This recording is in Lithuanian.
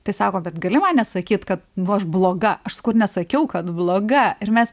tai sako bet gali man nesakyt kad nu aš bloga aš nesakiau kad bloga ir mes